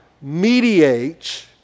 mediates